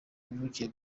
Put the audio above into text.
navukiye